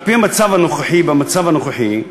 על-פי המצב הנוכחי, במצב הנוכחי,